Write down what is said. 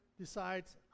decides